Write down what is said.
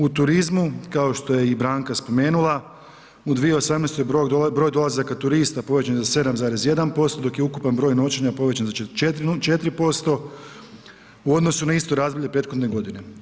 U turizmu, kao što je i Branka spomenula, u 2018. broj dolazaka turista povećan je 7,1%, dok je ukupan broj noćenja povećan za 4% u odnosu na isto razdoblje prethodne godine.